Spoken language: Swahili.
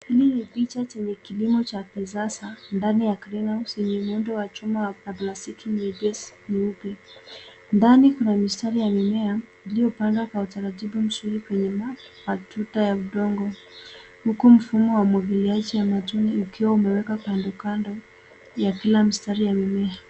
Hili ni picha chenye kilimo cha kisasa ndani ya greenhouse lenye muundo wa chumba ya plastiki nyepesi nyeupe. Ndani kuna mistari ya mimea iliyopandwa utaratibu mzuri kwenye matuta ya udongo huku mfumo wa umwagiliaji ya matone ukiwa umewekwa kando kando ya kila mstari wa mimea.